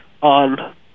on